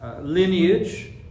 lineage